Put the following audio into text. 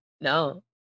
no